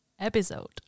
episode